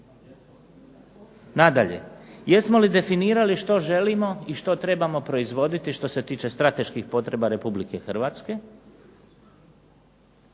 Nadalje, jesmo li definirali što želimo i što trebamo proizvoditi što se tiče strateških potreba Republike Hrvatske